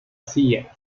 cía